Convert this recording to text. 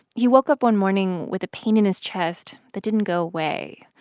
he woke up one morning with a pain in his chest that didn't go away.